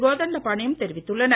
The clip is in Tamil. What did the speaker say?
கோதண்டபாணியும் தெரிவித்துள்ளனர்